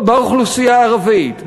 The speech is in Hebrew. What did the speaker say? באוכלוסייה הערבית,